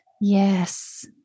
Yes